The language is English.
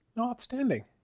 Outstanding